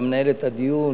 אתה מנהל את הדיון